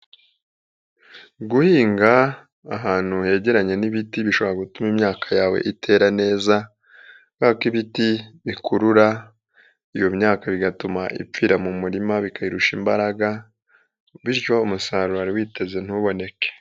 Guhinga ahantu yegeranye n'ibiti bishobora gutuma imyaka yawe itera neza, kubera ko ibiti bikurura iyo myaka bigatuma ipfira mu murima bikayirusha imbaraga, bityo umusaruro wari witeze ntuboneke.